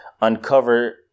uncover